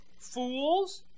fools